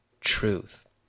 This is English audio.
truth